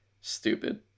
stupid